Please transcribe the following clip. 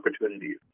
opportunities